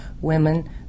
women